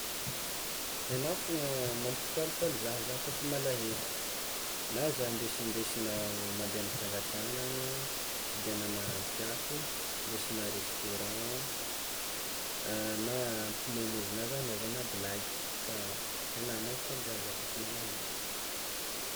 Enao fôgna mampifalifaly zah zah kôfa malaelo na zah ndesindesinao mande mitsangatsangagna, hividignana raha tiàko, ndesina restaurant na ampimoemoezinao zah anaovana blagy, fa ena mampifaly zah zah koa fa malaelo.